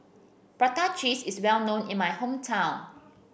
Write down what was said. Prata Cheese is well known in my hometown